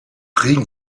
regen